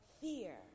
fear